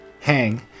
Hang